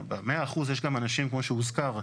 ב-100% יש גם אנשים כמו שהוזכר,